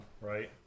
right